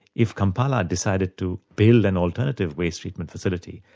if kampala had decided to build an alternative waste treatment facility,